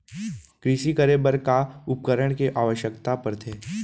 कृषि करे बर का का उपकरण के आवश्यकता परथे?